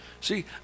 See